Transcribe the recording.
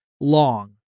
long